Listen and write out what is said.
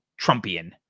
Trumpian